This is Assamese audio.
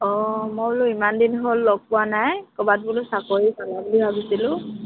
অঁ মই বোলো ইমান দিন হ'ল লগ পোৱা নাই ক'ৰবাত বোলো চাকৰি পালা বুলি ভাবিছিলোঁ